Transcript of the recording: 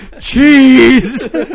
Cheese